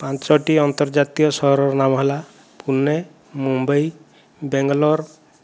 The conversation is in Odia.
ପାଞ୍ଚଟି ଅନ୍ତର୍ଜାତୀୟ ସହରର ନାମ ହେଲା ପୁନେ ମୁମ୍ବାଇ ବ୍ୟାଙ୍ଗଲୋର